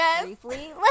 briefly